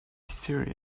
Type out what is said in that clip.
serious